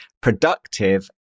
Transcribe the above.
productive